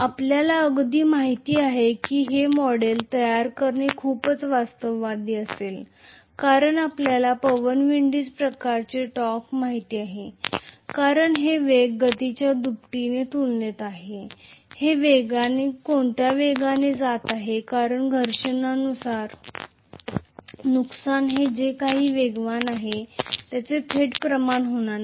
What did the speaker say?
आपल्याला अगदी माहित आहे की हे मॉडेल तयार करणे खूपच वास्तववादी असेल कारण आपल्याला पवन विंडीज प्रकारचे टॉर्क माहित आहे कारण ते वेग गतीच्या दुप्पट तुलनेत असेल ते कोणत्या वेगाने जात आहे कारण घर्षणाने नुकसान हे जे काही वेगवान आहे त्याचे थेट प्रमाण होणार नाही